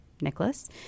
Nicholas